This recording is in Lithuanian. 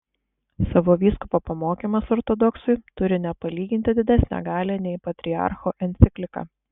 savo vyskupo pamokymas ortodoksui turi nepalyginti didesnę galią nei patriarcho enciklika